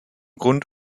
grund